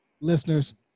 listeners